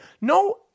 no